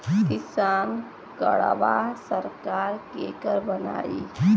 किसान कार्डवा सरकार केकर बनाई?